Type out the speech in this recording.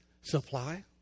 supply